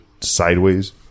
sideways